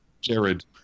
Jared